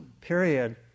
period